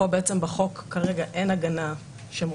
ופה בעצם בחוק אין כרגע הגנה שמופיעה,